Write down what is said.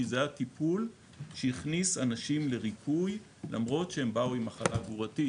זה היה טיפול שהכניס אנשים לריפוי למרות שהם באו עם מחלה גרורתית,